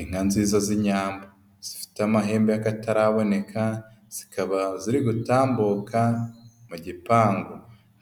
Inka nziza z'inyambo zifite amahembe y'akataraboneka, zikaba ziri gutambuka mu gipangu,